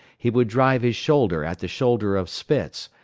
he would drive his shoulder at the shoulder of spitz,